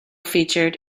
featured